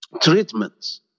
treatments